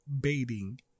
baiting